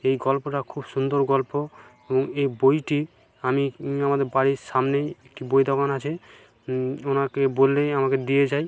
এই গল্পটা খুব সুন্দর গল্প এ বইটি আমি আমাদের বাড়ির সামনেই একটি বই দোকান আছে ওনাকে বললেই আমাকে দিয়ে যায়